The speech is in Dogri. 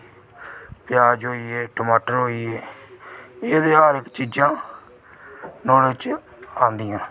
प्याज़ होई गे टचामार होइये एह् जेह्कियां हर इक्क चीज़ां नमें बिच आंदिया